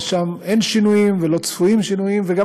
ושם אין שינויים ולא צפויים שינויים וגם